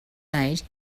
night